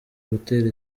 gutera